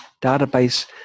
database